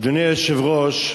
אדוני היושב-ראש,